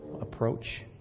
approach